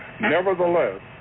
nevertheless